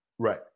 Right